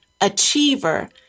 achiever